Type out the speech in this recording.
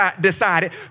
decided